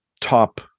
top